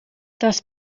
das